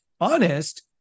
honest